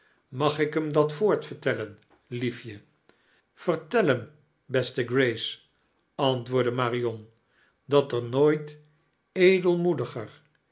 mag ik hem dat vertellen lief je yertel hem beste grace antwoordde marion dat er nooit edelmoediger